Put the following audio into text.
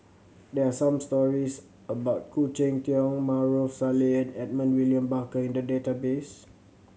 there are some stories about Khoo Cheng Tiong Maarof Salleh and Edmund William Barker in the database